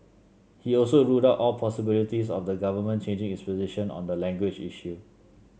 he also ruled out all possibilities of the Government changing its position on the language issue